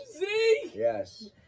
Yes